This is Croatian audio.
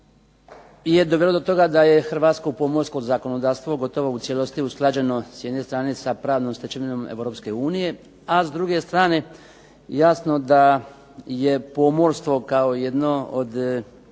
je dovelo do toga da je hrvatsko pomorsko zakonodavstvo gotovo u cijelosti usklađeno s jedne strane s pravnom stečevinom Europske unije, a s druge strane jasno da je pomorstvo kao jedno od